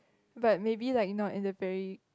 but maybe like not in the very